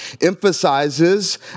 emphasizes